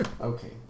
Okay